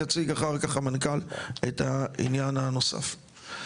יציג אחר כך המנכ"ל את העניין הנוסף.